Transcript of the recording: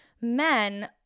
men